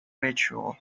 ritual